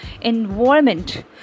environment